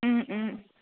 Om Om